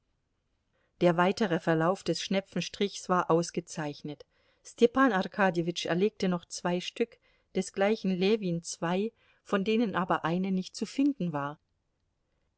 der weitere verlauf des schnepfenstriches war ausgezeichnet stepan arkadjewitsch erlegte noch zwei stück desgleichen ljewin zwei von denen aber eine nicht zu finden war